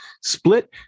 split